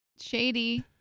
Shady